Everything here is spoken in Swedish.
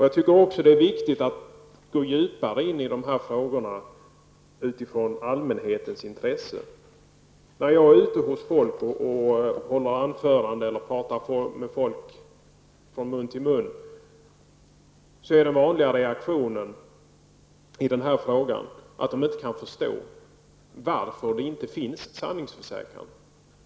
Jag tycker också att det är viktigt att gå djupare in i de här frågorna utifrån allmänhetens intresse. När jag är ute och håller anföranden och pratar med folk från mun till mun, är den vanliga reaktionen i den frågan att de inte kan förstå varför det inte finns sanningsförsäkran.